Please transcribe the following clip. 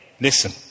Listen